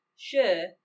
sure